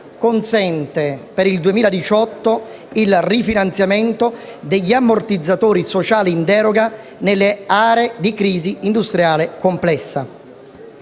esame prevede il rifinanziamento degli ammortizzatori sociali in deroga nelle aree di crisi industriale complessa,